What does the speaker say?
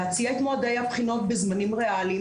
להציע את מועדי הבחינות בזמנים ריאליים.